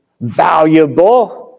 valuable